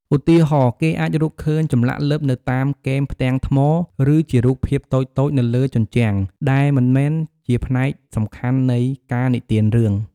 ឧទាហរណ៍ គេអាចរកឃើញចម្លាក់លិបនៅតាមគែមផ្ទាំងថ្ម ឬជារូបភាពតូចៗនៅលើជញ្ជាំងដែលមិនមែនជាផ្នែកសំខាន់នៃការនិទានរឿង។